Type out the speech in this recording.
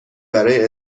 برای